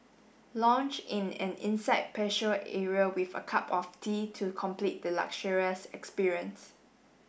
lounge in an inside patio area with a cup of tea to complete the luxurious experience